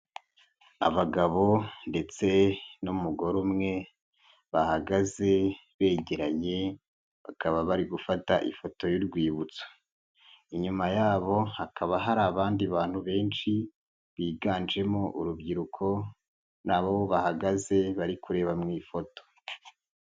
Abagabo ndetse n'umugore umwe bahagaze begeranye bakaba bari gufata ifoto y'urwibutso, inyuma yabo hakaba hari abandi bantu benshi biganjemo urubyiruko na bo bahagaze bari kureba mu ifoto.